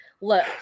Look